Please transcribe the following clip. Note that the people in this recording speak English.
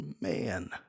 man